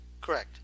Correct